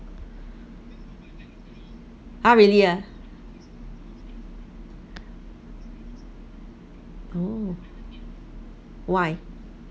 !huh! really ah oh why